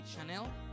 Chanel